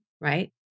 right